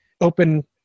open